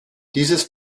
dieses